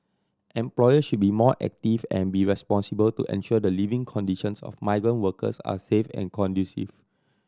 employer should be more active and be responsible to ensure the living conditions of migrant workers are safe and conducive